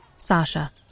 Sasha